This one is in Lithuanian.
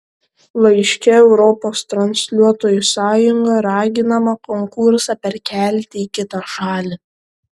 laiške europos transliuotojų sąjunga raginama konkursą perkelti į kitą šalį